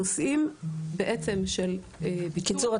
בקיצור,